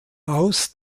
aus